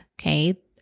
Okay